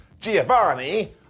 Giovanni